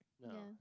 no